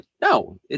no